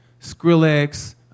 Skrillex